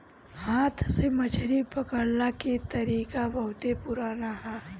हाथ से मछरी पकड़ला के तरीका बहुते पुरान ह